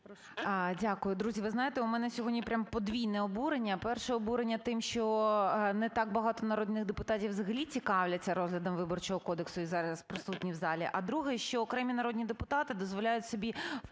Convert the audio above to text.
Дякую. Друзі, ви знаєте у мене сьогодні прямо подвійне обурення. Перше обурення тим, що не так багато народних депутатів взагалі цікавляться розглядом Виборчого кодексу і зараз присутні в залі. А друге, що окремі народні депутати дозволяють собі вписувати